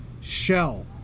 shell